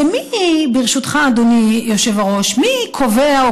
ברשותך היושב-ראש, זה מי קובע או